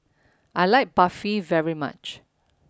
I like Barfi very much